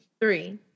Three